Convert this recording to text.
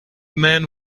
man